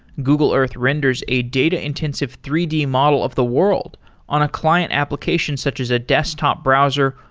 google earth renders a data intensive three d model of the world on a client application, such as a desktop browser,